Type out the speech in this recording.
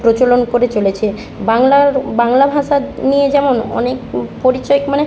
প্রচলন করে চলেছে বাংলার বাংলা ভাষা নিয়ে যেমন অনেক পরিচয় মানে